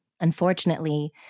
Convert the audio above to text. Unfortunately